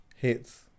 Hits